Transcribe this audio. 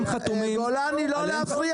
--- גולני, אל תפריע